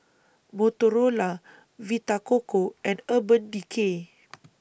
Motorola Vita Coco and Urban Decay